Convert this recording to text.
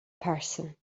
person